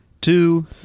two